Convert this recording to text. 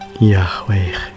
Yahweh